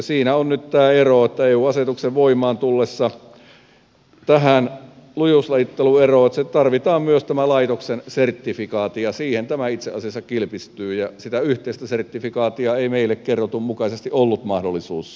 siinä on nyt tämä ero että eu asetuksen voimaan tullessa tarvitaan myös laitoksen sertifikaatti ja siihen tämä itse asiassa kilpistyy ja sitä yhteistä sertifikaattia ei meille kerrotun mukaisesti ollut mahdollisuus saada